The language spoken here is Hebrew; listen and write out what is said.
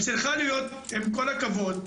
עם כל הכבוד,